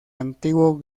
antiguo